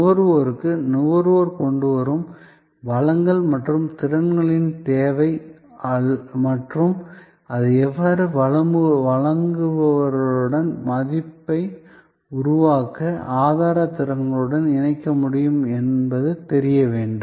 நுகர்வோருக்கு நுகர்வோர் கொண்டு வரும் வளங்கள் மற்றும் திறன்களின் தேவை மற்றும் அதை எவ்வாறு வழங்குபவர்களுடன் மதிப்பை உருவாக்க ஆதார திறன்களுடன் இணைக்க முடியும் என்பது தெரிய வேண்டும்